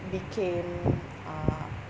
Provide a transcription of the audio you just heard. became uh